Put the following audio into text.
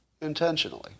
intentionally